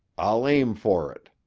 i'll aim for it.